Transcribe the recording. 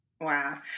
Wow